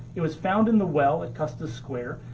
it was found in the well at custis square.